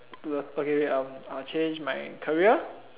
okay wait i'll i'll change my career